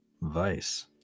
Vice